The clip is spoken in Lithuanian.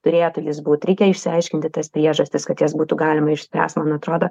turėtų jis būt reikia išsiaiškinti tas priežastis kad jas būtų galima išspręst man atrodo